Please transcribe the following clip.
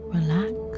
Relax